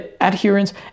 adherence